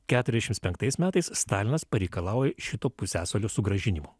keturiasdešimt penktais metais stalinas pareikalauja šito pusiasalio sugrąžinimo